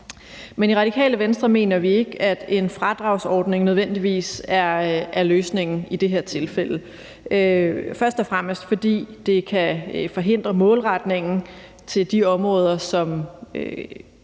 Men i Radikale Venstre mener vi ikke, at en fradragsordning nødvendigvis er løsningen i det her tilfælde, først og fremmest fordi det kan forhindre målretningen til de områder, som